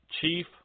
chief